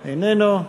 איננו,